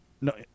No